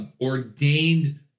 ordained